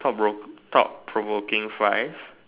thought thought provoking five